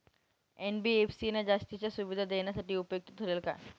NBFC ना जास्तीच्या सुविधा देण्यासाठी उपयुक्त ठरेल का?